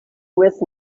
with